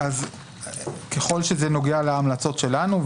ככל שזה נוגע להמלצות שלנו,